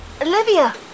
Olivia